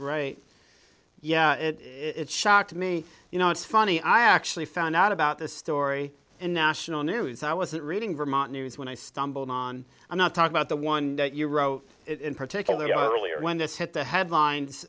right yeah it shocked me you know it's funny i actually found out about this story in national news i wasn't reading vermont news when i stumbled on i'm not talking about the one you wrote it in particularly when this hit the headlines